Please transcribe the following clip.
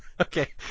Okay